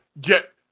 get